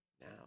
now